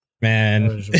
Man